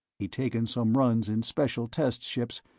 he'd taken some runs in special test ships,